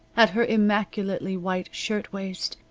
at her immaculately white shirtwaist,